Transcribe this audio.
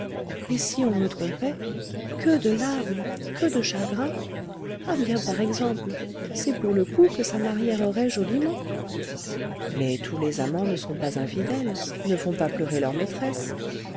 et si on me trompait que de larmes que de chagrins ah bien par exemple c'est pour le coup que ça m'arriérerait joliment mais tous les amants ne sont pas infidèles ne font pas pleurer leur maîtresse